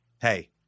Hey